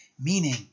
Meaning